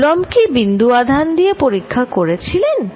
coulomb কি বিন্দু আধান দিয়ে পরীক্ষা করেছিলেন